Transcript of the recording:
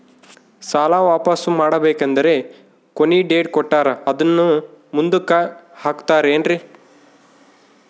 ಸಾಲ ವಾಪಾಸ್ಸು ಮಾಡಬೇಕಂದರೆ ಕೊನಿ ಡೇಟ್ ಕೊಟ್ಟಾರ ಅದನ್ನು ಮುಂದುಕ್ಕ ಹಾಕುತ್ತಾರೇನ್ರಿ?